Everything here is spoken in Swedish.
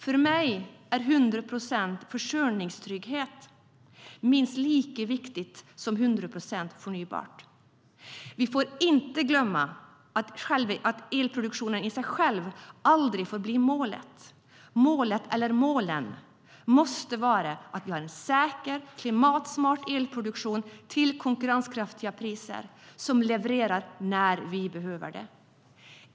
För mig är hundra procent försörjningstrygghet minst lika viktigt som hundra procent förnybart. Vi får inte glömma att elproduktionen i sig själv aldrig får bli målet. Målet eller målen måste vara att vi har en säker, klimatsmart elproduktion till konkurrenskraftiga priser som levererar när vi behöver det.